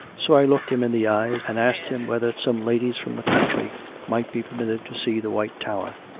so i looked him in the eyes, and asked him whether some ladies from the country might be permitted to see the white tower,